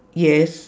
yes